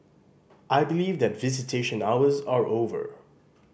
I believe that visitation hours are over